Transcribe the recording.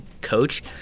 coach